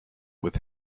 with